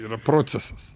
yra procesas